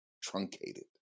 truncated